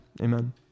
Amen